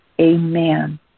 Amen